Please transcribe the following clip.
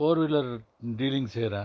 four wheeler dealing செய்கிறேன்